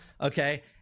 Okay